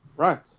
Right